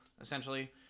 essentially